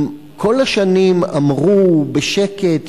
אם כל השנים אמרו בשקט,